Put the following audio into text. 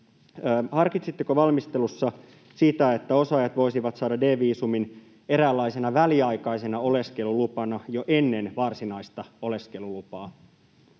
Harkitsitteko valmistelussa sitä, että osaajat voisivat saada D-viisumin eräänlaisena väliaikaisena oleskelulupana jo ennen varsinaista oleskelulupaa?